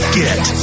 get